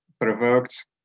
provoked